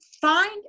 find